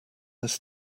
this